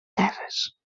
terres